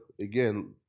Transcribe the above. Again